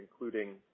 including